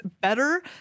better